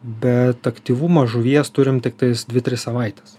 bet aktyvumo žuvies turim tiktai dvi tris savaites